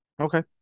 okay